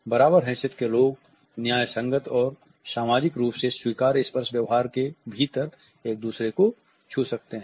बराबर हैसियत के लोग न्यायसंगत और सामाजिक रूप से स्वीकार्य स्पर्श व्यवहार के भीतर एक दूसरे को छू सकते हैं